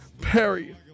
Perry